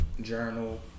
Journal